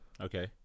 okay